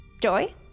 Joy